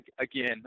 again